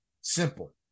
simple